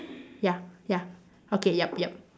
ya ya okay yup yup